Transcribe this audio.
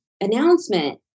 announcement